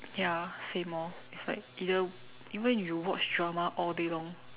ya same orh it's like either even if you watch drama all day long